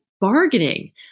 bargaining